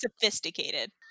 sophisticated